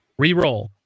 Reroll